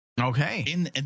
Okay